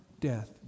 death